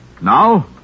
Now